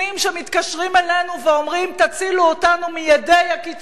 שמתקשרים אלינו ואומרים: תצילו אותנו מידי הקיצונים,